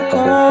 go